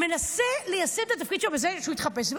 מנסה ליישם את התפקיד שלו בזה שהוא יתחפש.